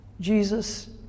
Jesus